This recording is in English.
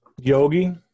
Yogi